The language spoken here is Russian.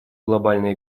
глобальной